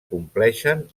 compleixen